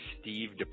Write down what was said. Steve